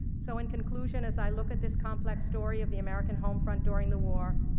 so in conclusion, as i look at this complex story of the american homefront during the war,